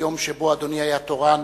ביום שבו אדוני היה תורן